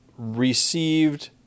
received